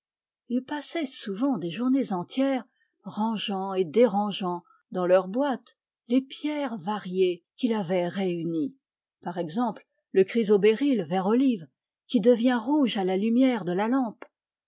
il passait souvent des journées entières rangeant et dérangeant dans leurs boîtes les pierres variées qu'il avait réunies par exemple le chrysobéryl vert olive qui devient rouge à la lumière de la lampe